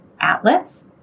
outlets